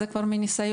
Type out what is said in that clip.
זה כבר מניסיון,